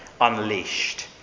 unleashed